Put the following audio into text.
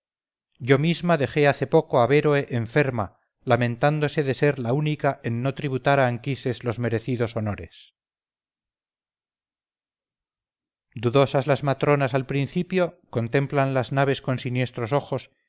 yo misma dejé hace poco a béroe enferma lamentándose de ser la única en no tributar a anquises los merecidos honores dudosas las matronas al principio contemplan las naves con siniestros ojos